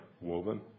woven